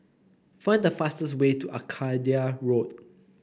find the fastest way to Arcadia Road